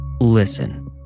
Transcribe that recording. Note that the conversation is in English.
Listen